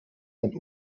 ein